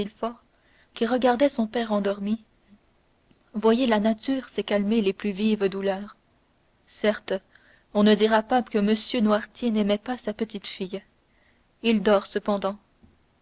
qui regardait son père endormi voyez la nature sait calmer les plus vives douleurs certes on ne dira pas que m noirtier n'aimait pas sa petite-fille il dort cependant